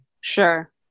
Sure